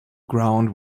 ground